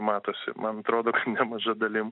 matosi man atrodo kad nemaža dalim